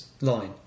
line